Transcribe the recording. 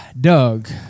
Doug